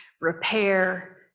repair